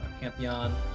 Pantheon